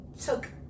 took